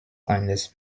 eines